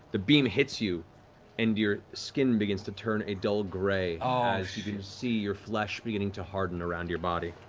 the beam hits you and your skin begins to turn a dull gray ah as you begin to see your flesh beginning to harden around your body.